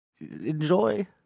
Enjoy